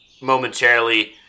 momentarily